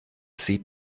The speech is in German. sie